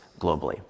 globally